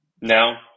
Now